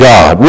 God